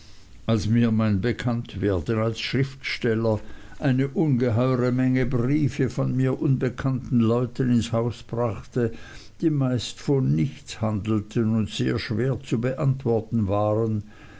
als mir mein bekanntwerden als schriftsteller eine ungeheure menge briefe von mir unbekannten leuten ins haus brachte die meist von nichts handelten und sehr schwer zu beantworten waren